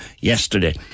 yesterday